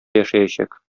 яшәячәк